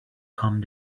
come